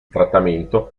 trattamento